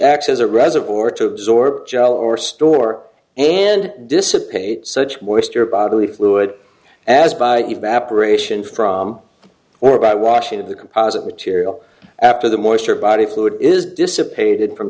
acts as a reservoir to absorb gel or store and dissipate such moisture bodily fluid as evaporation from or about washing of the composite material after the moisture body fluid is dissipated from